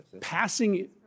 Passing